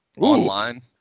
Online